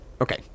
Okay